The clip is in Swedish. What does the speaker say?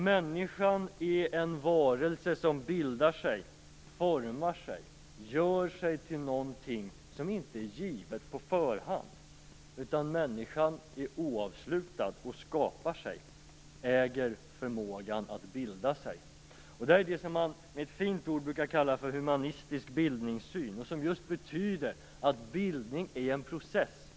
Människan är en varelse som bildar sig, formar sig och gör sig till någonting som inte är givet på förhand. Människan är oavslutad och skapar sig och äger förmågan att bilda sig. Detta är någonting som man med ett fint ord brukar kallar för humanistisk bildningssyn. Det betyder just att bildning är en process.